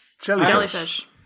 Jellyfish